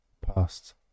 past